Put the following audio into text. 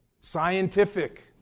scientific